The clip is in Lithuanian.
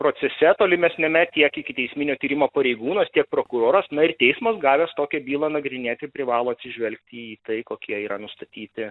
procese tolimesniame tiek ikiteisminio tyrimo pareigūnas tiek prokuroras na ir teismas gavęs tokią bylą nagrinėti privalo atsižvelgti į tai kokie yra nustatyti